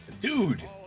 Dude